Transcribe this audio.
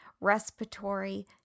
respiratory